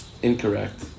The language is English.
Incorrect